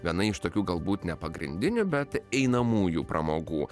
viena iš tokių galbūt ne pagrindinių bet einamųjų pramogų